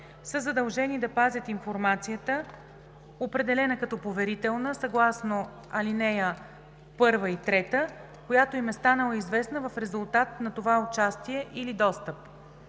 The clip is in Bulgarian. са задължени да пазят информацията, определена като поверителна съгласно ал. 1 и 3, която им е станала известна в резултат на това участие или достъп.